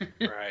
Right